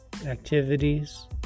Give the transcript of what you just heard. activities